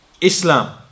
Islam